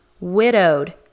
widowed